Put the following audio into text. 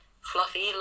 fluffy